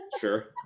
Sure